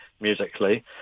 musically